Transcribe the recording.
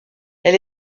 elle